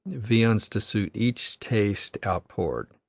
viands to suit each taste outpoured.